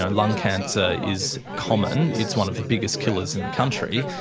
and lung cancer is common, it's one of the biggest killers in the country,